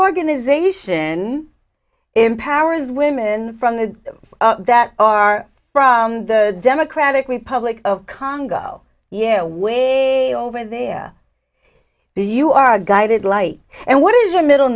organization empowers women from the that are from the democratic republic of congo yeah way over there the you are guided light and what is your middle